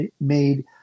made